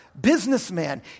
businessman